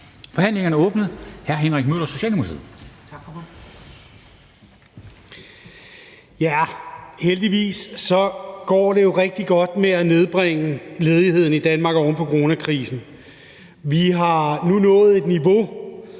Forhandlingen er åbnet. Hr. Henrik Møller, Socialdemokratiet. Kl. 13:23 (Ordfører) Henrik Møller (S): Heldigvis går det jo rigtig godt med at nedbringe ledigheden i Danmark oven på coronakrisen. Vi har nu nået et niveau,